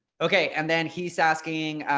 okay, and then he's asking,